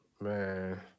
Man